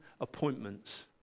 appointments